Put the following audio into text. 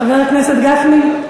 חבר הכנסת גפני,